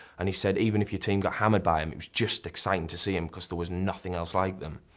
and he said even if your team got hammered by em, it was just exciting to see them because there was nothing else like them.